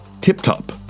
tip-top